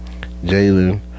Jalen